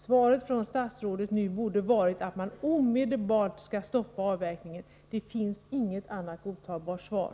Svaret från statsrådet borde ha varit att man omedelbart skall stoppa avverkningen. Det finns inget annat godtagbart svar.